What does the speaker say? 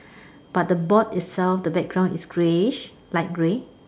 but the board itself the background is greyish light grey